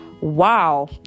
wow